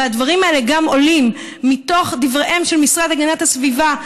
והדברים האלה גם עולים מתוך דבריהם של המשרד להגנת הסביבה,